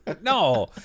No